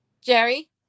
Jerry